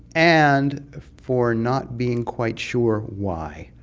and for not being quite sure why.